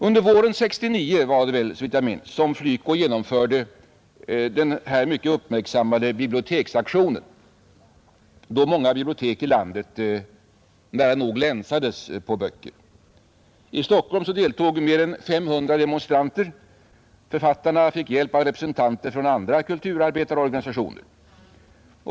Under våren 1969 genomförde FLYCO den mycket uppmärksammade biblioteksaktionen, då många bibliotek i landet nära nog länsades på böcker. I Stockholm deltog mer än 500 demonstranter. Författarna fick hjälp av representanter för andra kulturarbetarorganisationer.